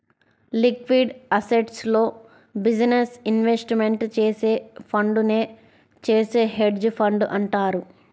liquid అసెట్స్లో business investment చేసే ఫండునే చేసే హెడ్జ్ ఫండ్ అంటారు